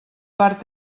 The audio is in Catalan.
part